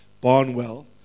Barnwell